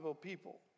people